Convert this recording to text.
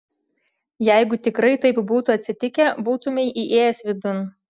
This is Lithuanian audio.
jeigu tikrai taip būtų atsitikę būtumei įėjęs vidun